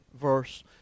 verse